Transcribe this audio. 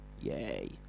Yay